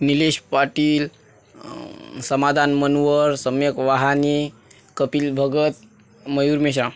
Nilesh Patil Samadhan Manwal Samyak Wahane Kapil Bhagat Mayur Meshram